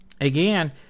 Again